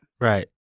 Right